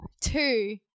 Two